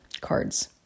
cards